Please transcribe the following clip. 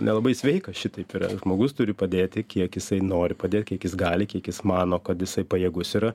nelabai sveika šitaip yra žmogus turi padėti kiek jisai nori padėt kiek jis gali kiek jis mano kad jisai pajėgus yra